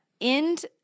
end